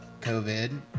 COVID